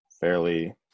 Fairly